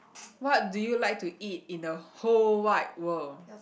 what do you like to eat in the whole wide world